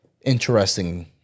interesting